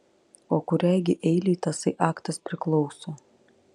o kuriai gi eilei tasai aktas priklauso